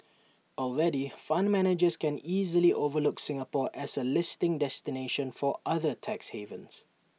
already fund managers can easily overlook Singapore as A listing destination for other tax havens